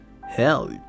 Hell